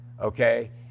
Okay